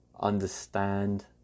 understand